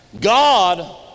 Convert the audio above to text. God